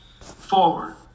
forward